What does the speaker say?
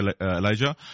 Elijah